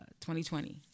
2020